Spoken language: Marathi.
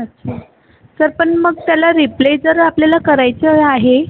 अच्छा सर पण मग त्याला रिप्लेस जर आपल्याला करायचं आहे